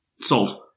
sold